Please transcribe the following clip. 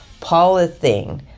polythene